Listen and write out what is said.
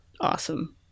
awesome